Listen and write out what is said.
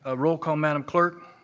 ah roll call, madam clerk.